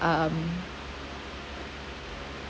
um